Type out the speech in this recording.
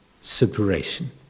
separation